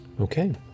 Okay